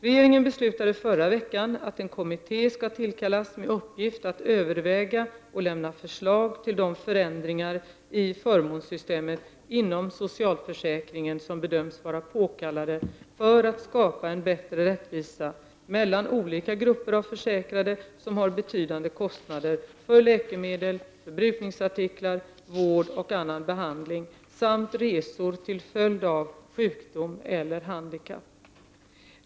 Regeringen beslutade förra veckan att en kommitté skall tillkallas med uppgift att överväga och lämna förslag till de förändringar i förmånssystemet inom socialförsäkringen som bedöms vara påkallade för att skapa en bättre rättvisa mellan olika grupper av försäkrade som har betydande kostnader för läkemedel, förbrukningsartiklar, vård och annan behandling samt resor till följd av sjukdom eller handikapp.